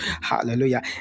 hallelujah